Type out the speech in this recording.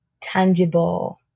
tangible